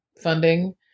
funding